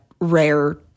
rare